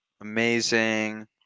Amazing